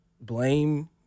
Blame